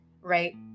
right